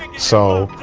so.